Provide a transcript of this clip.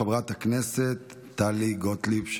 חברת הכנסת טלי גוטליב,